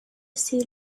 sea